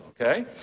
okay